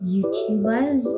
YouTubers